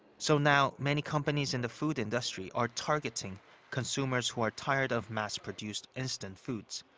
so now, many companies in the food industry are targeting consumers who are tired of mass-produced instant foods,